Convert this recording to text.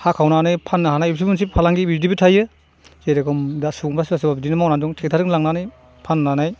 हाखावनानै फाननो हानाय बेफोरबो मोनसे फालांगि बिदिबो थायो जेरखम दा सोरबा सोरबा बिदिनो मावनानै दं ट्रेक्टरजोंबो लांनानै फाननानै